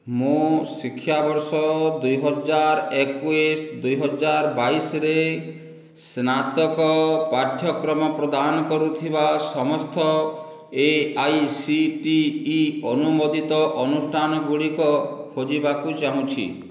ମୁଁ ଶିକ୍ଷାବର୍ଷ ଦୁଇହଜାର୍ ଏକୋଇଶ ଦୁଇ ହଜାର୍ ବାଇଶରେ ସ୍ନାତକ ପାଠ୍ୟକ୍ରମ ପ୍ରଦାନ କରୁଥିବା ସମସ୍ତ A I C T E ଅନୁମୋଦିତ ଅନୁଷ୍ଠାନଗୁଡ଼ିକ ଖୋଜିବାକୁ ଚାହୁଁଛି